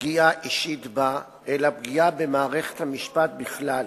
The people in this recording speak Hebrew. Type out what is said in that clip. פגיעה אישית בה, אלא פגיעה במערכת המשפט בכלל,